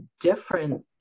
different